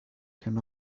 can